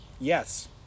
Yes